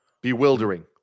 Bewildering